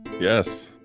Yes